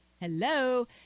Hello